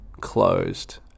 closed